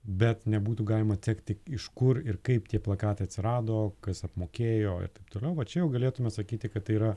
bet nebūtų galima atsekti iš kur ir kaip tie plakatai atsirado kas apmokėjo ir taip toliau va čia jau galėtume sakyti kad tai yra